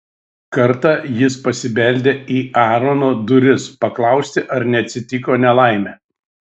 kartą jis pasibeldė į aarono duris paklausti ar neatsitiko nelaimė